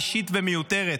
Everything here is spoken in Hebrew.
אישית ומיותרת.